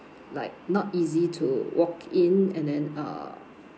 like not easy to walk in and then uh